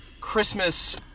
Christmas